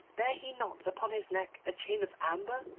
bare he not upon his neck a chain of amber?